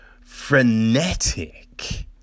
Frenetic